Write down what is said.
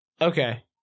Okay